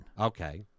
Okay